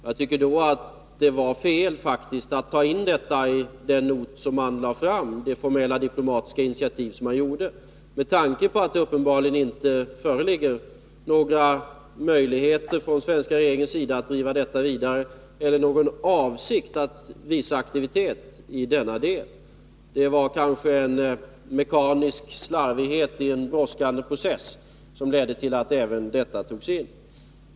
Jag tycker då att det faktiskt var fel att ta in detta i noten i det formella diplomatiska initiativ som man tog, med tanke på att det uppenbarligen inte föreligger några möjligheter från den svenska regeringens sida att driva detta vidare eller någon avsikt att visa aktivitet i den delen. Det var kanske en mekanisk slarvighet i en brådskande process som ledde till att även detta togs in.